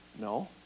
No